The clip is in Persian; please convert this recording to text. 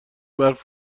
برف